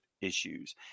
issues